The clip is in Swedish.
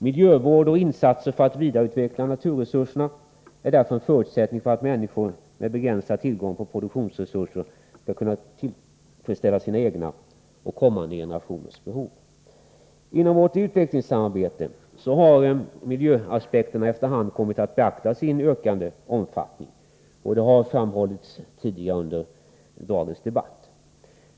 Miljövård och insatser för att vidareutveckla naturresurserna är därför en förutsättning för att människor med begränsad tillgång på produktionsresurser skall kunna tillfredsställa sina egna och kommande generationers basbehov. Inom vårt utvecklingssamarbete — vårt bistånd — har miljöaspekterna efter hand kommit att beaktas i en ökande omfattning. Detta har framhållits tidigare under dagens debatt.